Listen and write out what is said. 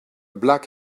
black